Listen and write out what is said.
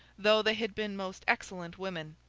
though they had been most excellent women.